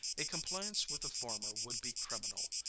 a compliance with the former would be criminal,